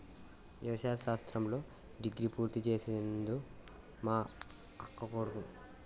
వ్యవసాయ శాస్త్రంలో డిగ్రీ పూర్తి చేసిండు మా అక్కకొడుకు